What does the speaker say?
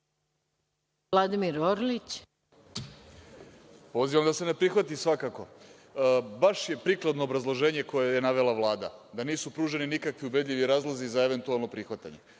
**Vladimir Orlić** Pozivam da se svakako ne prihvati. Baš je prikladno obrazloženje koje je navela Vlada da nisu pružili nikakvi ubedljivi razlozi za eventualno prihvatanje,